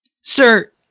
Sir